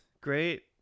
Great